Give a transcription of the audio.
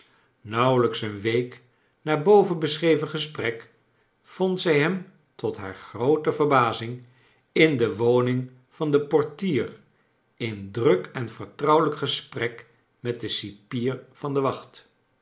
nauweiijks een week na boven beschreven gesprek vond zij hem tot haar groote verbazing in de woning van den portier in druk en vertrouwelijk gesprek met den cipier van de wacht